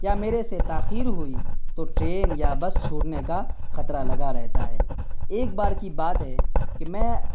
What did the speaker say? یا میرے سے تاخیر ہوئی تو ٹرین یا بس چھوٹنے کا خطرہ لگا رہتا ہے ایک بار کی بات ہے کہ میں